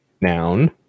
Noun